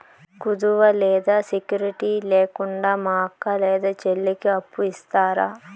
కుదువ లేదా సెక్యూరిటి లేకుండా మా అక్క లేదా చెల్లికి అప్పు ఇస్తారా?